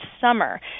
summer